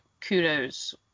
kudos